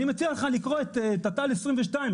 אני מציע לך לקרוא את תת"ל 22,